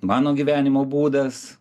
mano gyvenimo būdas